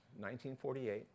1948